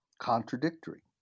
contradictory